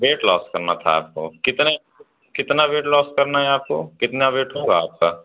wait loss करना था आपको कितना कितना वेट लॉस करना है आपको कितना वेट होगा आपका